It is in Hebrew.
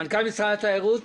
מנכ"ל משרד התיירות.